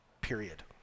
period